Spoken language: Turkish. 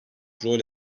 rol